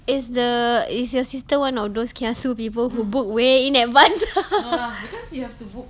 is the is your sister one of those kiasu people who book way in advance